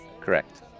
Correct